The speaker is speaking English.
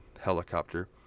helicopter